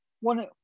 One